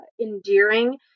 endearing